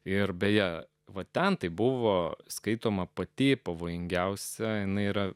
ir beje va ten tai buvo skaitoma pati pavojingiausia jinai yra